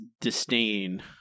disdain